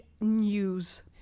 news